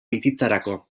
bizitzarako